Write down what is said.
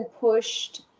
pushed –